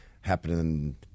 happening